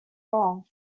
long